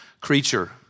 creature